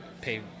pay